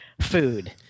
food